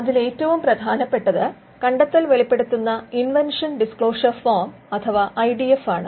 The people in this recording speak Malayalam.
അതിൽ ഏറ്റവും പ്രധാനപ്പെട്ടത് കണ്ടെത്തൽ വെളിപ്പെടുത്തുന്ന ഇൻവെൻഷൻ ഡിസ്ക്ലോഷർ ഫോം അഥവാ ഐ ഡി ഫ് ആണ്